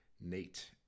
nate